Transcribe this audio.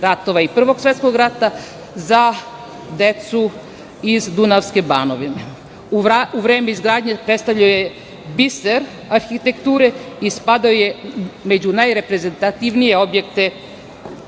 i Prvog svetskog rata, za decu iz Dunavske banovine. U vreme izgradnje predstavljao je biser arhitekture i spadao je među najreprezentativnije objekte